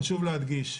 חשוב להדגיש,